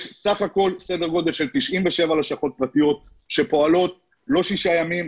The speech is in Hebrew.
יש סך הכול סדר גודל של 97 לשכות פרטיות שפועלות לא שישה ימים.